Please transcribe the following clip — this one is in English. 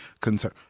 concern